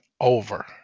over